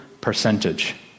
percentage